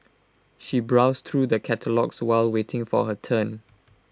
she browsed through the catalogues while waiting for her turn